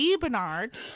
Bernard